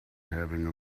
having